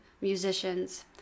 musicians